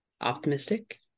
optimistic